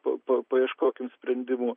pa pa paieškokim sprendimų